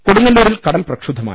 കൊടുങ്ങല്ലൂരിൽ കടൽ പ്രക്ഷുബ്ധമായി